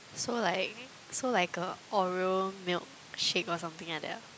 so like so like a Oreo milkshake or something like that ah